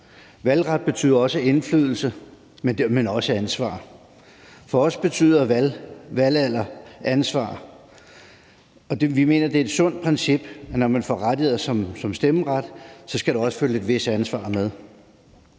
Valgret betyder indflydelse, men dermed også ansvar. For os hænger valgretsalder sammen med ansvar, og vi mener, at det er et sundt princip, at når man får rettigheder som f.eks. stemmeret, skal der også følge et vist ansvar med.